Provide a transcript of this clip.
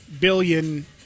billion